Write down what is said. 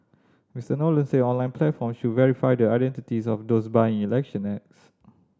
Mister Nolan said online platforms should verify the identities of those buying election ads